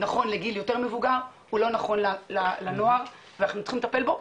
נכון לגיל יותר מבוגר הוא לא נכון לנוער ואנחנו צריכים לטפל בו.